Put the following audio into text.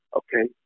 okay